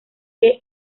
que